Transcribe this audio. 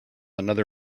another